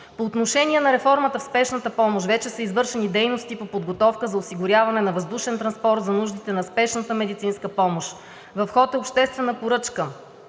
По отношение на реформата в Спешната помощ. Вече са извършени дейности по подготовка за осигуряване на въздушен транспорт за нуждите на Спешната медицинска помощ. В ход е обществена поръчка